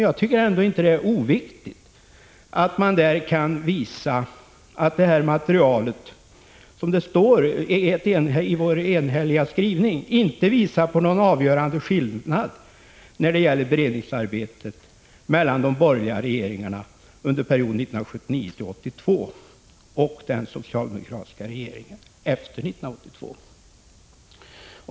Jag tycker ändå inte att det är oviktigt att materialet, som det står i vår enhälliga skrivning, inte visar på ”någon avgörande skillnad när det gäller beredningsarbetet mellan de borgerliga regeringarna under perioden 1979-1982 och den socialdemokratiska regeringen efter 1982”.